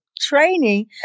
training